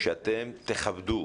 שאתם תכבדו